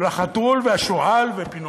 של החתול והשועל ופינוקיו,